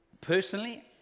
Personally